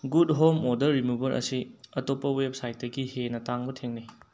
good home order remover ꯑꯁꯤ ꯑꯇꯣꯞꯄ ꯋꯦꯕꯁꯥꯏꯠꯇꯒꯤ ꯍꯦꯟꯅ ꯇꯥꯡꯕ ꯊꯦꯡꯅꯩ